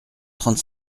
trente